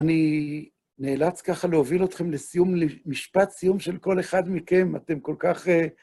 אני נאלץ ככה להוביל אתכם לסיום, למשפט סיום של כל אחד מכם, אתם כל כך...